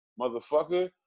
motherfucker